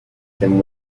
than